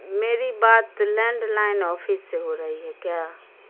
میری بات landline office سے ہو رہی ہے کیا